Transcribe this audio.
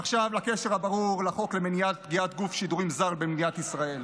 ועכשיו לקשר הברור לחוק למניעת פגיעת גוף שידורים זר במדינת ישראל.